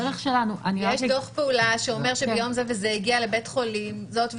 יש דוח פעולה שאומר שביום זה וזה הגיעה לבית חולים זאת וזאת.